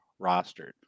rostered